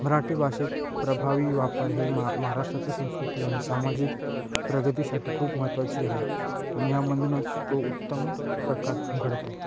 मराठी भाषेत प्रभावी वापर हे मा महाराष्ट्रातील संस्कृती आणि सामाजिक प्रगतीसाठी खूप महत्त्वाची आहे आणि ह्या मधूनच तो उत्तम प्रकार घडतो